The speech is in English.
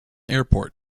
airport